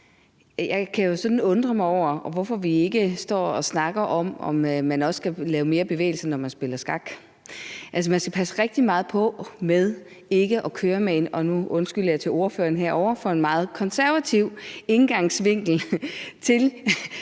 Jeg kan jo sådan undre mig over, hvorfor vi ikke står og snakker om, om man også skal lave mere bevægelse, når man spiller skak. Altså, man skal passe rigtig meget på med ikke at køre med en – og nu undskylder jeg til ordføreren herovre – meget konservativ indgangsvinkel eller